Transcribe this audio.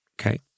Okay